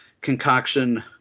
concoction